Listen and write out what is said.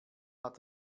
hat